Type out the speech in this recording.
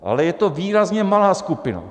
Ale je to výrazně malá skupina.